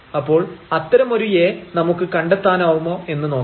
അപ്പോൾ അത്തരമൊരു A നമുക്ക് കണ്ടെത്താനാവുമോ എന്ന് നോക്കാം